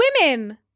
Women